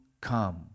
come